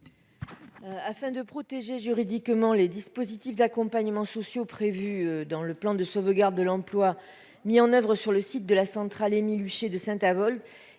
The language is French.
Afin de protéger juridiquement les dispositifs d'accompagnement social inclus dans le plan de sauvegarde de l'emploi (PSE) mis en oeuvre sur le site de la centrale Émile-Huchet de Saint-Avold,